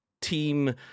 team